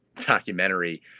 documentary